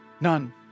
None